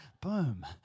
Boom